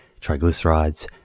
triglycerides